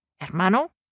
Hermano